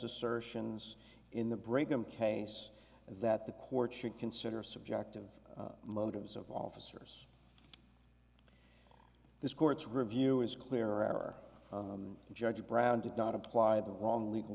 assertions in the breakroom case that the court should consider subjective motives of officers this court's review is clear or judge brown did not apply the wrong legal